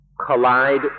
collide